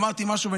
אמרתי משהו,